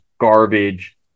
garbage